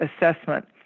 assessment